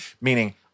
Meaning